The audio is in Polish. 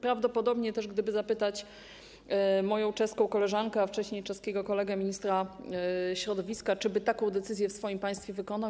Prawdopodobnie też gdyby zapytać moją czeską koleżankę, a wcześniej czeskiego kolegę, ministra środowiska, czy by taką decyzję w swoim państwie wykonali.